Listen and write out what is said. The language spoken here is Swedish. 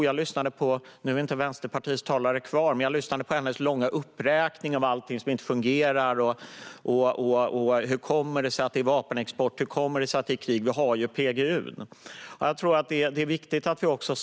Jag lyssnade på Vänsterpartiets - deras talare är inte kvar här i salen - långa uppräkning av allt som inte fungerar. Hon undrade hur det kommer sig att vi har vapenexport och att det finns krig när vi har PGU.